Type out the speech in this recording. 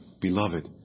Beloved